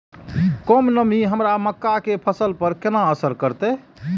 कम नमी हमर मक्का के फसल पर केना असर करतय?